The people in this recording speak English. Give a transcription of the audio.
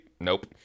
Nope